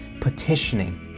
petitioning